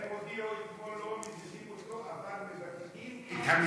הם הודיעו אתמול שלא מזיזים אותו אבל מבטלים את המשרה.